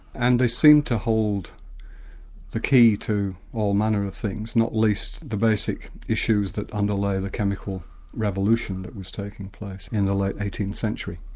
and they seemed to hold the key to all manner of things, not least, the basic issues that underlay the chemical revolution that was taking place in the late eighteenth century.